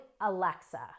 Alexa